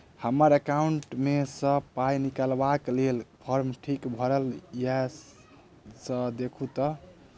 हम्मर एकाउंट मे सऽ पाई निकालबाक लेल फार्म ठीक भरल येई सँ देखू तऽ?